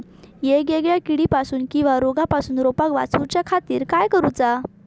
वेगवेगल्या किडीपासून किवा रोगापासून रोपाक वाचउच्या खातीर काय करूचा?